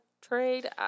trade